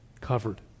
Covered